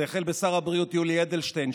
זה החל משר הבריאות יולי אדלשטיין,